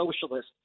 socialist